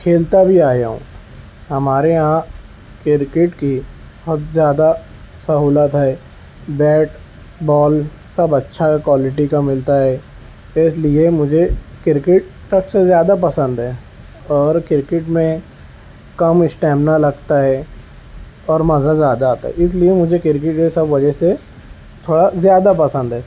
کھیلتا بھی آیا ہوں ہمارے یہاں کرکٹ کی بہت زیادہ سہولت ہے بیٹ بال سب اچھا کوالٹی کا ملتا ہے اس لیے مجھے کرکٹ سب سے زیادہ پسند ہے اور کرکٹ میں کم اسٹیمنا لگتا ہے اور مزہ زیادہ آتا ہے اس لیے مجھے کرکٹ یہ سب وجہ سے تھوڑا زیادہ پسند ہے